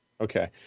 Okay